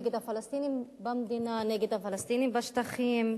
נגד הפלסטינים במדינה, נגד הפלסטינים בשטחים,